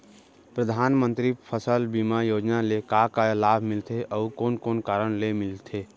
परधानमंतरी फसल बीमा योजना ले का का लाभ मिलथे अऊ कोन कोन कारण से मिलथे?